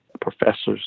professors